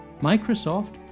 Microsoft